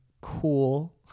cool